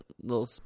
little